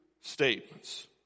statements